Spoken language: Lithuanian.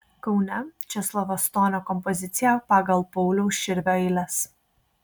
kaune česlovo stonio kompozicija pagal pauliaus širvio eiles